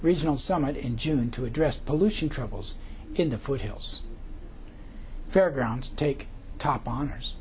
regional summit in june to address pollution troubles in the foothills fairgrounds take top honors